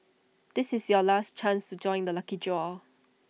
this is your last chance to join the lucky draw